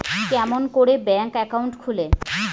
কেমন করি bank account খুলে?